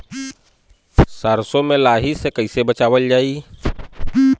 सरसो में लाही से कईसे बचावल जाई?